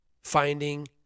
finding